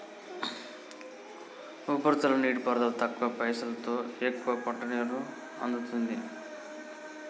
ఉపరితల నీటిపారుదల తక్కువ పైసలోతో ఎక్కువ పంటలకు నీరు అందుతుంది